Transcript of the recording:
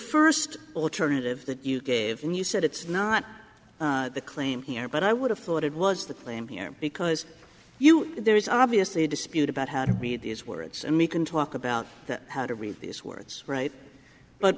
first alternative that you gave and you said it's not the claim here but i would have thought it was the claim here because you there is obviously a dispute about how to be these words and we can talk about how to read these words right but